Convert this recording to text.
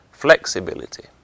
Flexibility